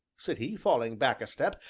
said he, falling back a step,